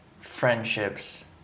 friendships